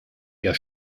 ihr